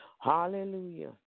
Hallelujah